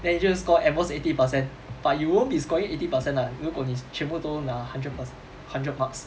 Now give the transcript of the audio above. then you 就是 score at most eighty percent but you won't be scoring eighty percent lah 如果你全部都拿 hundred perc~ hundred marks